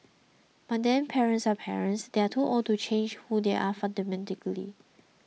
but then parents are parents they are too old to change who they are fundamentally